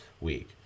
week